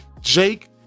jake